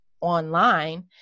online